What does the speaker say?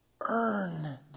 Earn